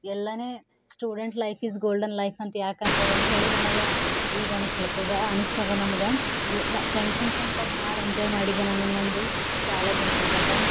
ಎಲ್ಲನೇ student life is golden life ಅಂತ ಯಾಕಂತರಂಥೇಳಿ ನನಗೆ ಈಗ ಅನ್ನಿಸ್ಲತ್ತದ ಅನ್ನಿಸ್ತದ ನಮಗೆ ಎಲ್ಲ ಫ್ರೆಂಡ್ಸಿನ ಸಂಗಡ ಭಾಳ ಎಂಜಾಯ್ ಮಾಡಿದೆ ನಾನು ನಂದು ಶಾಲಾ ದಿನಗಳ್ದಾಗ